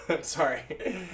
Sorry